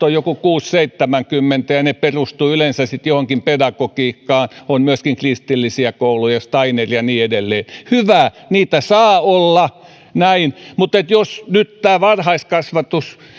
on joku kuusikymmentä viiva seitsemänkymmentä ja ne perustuvat yleensä sitten johonkin pedagogiikkaan on myöskin kristillisiä kouluja steineria ja niin edelleen hyvä niitä saa olla näin mutta jos nyt tämä varhaiskasvatus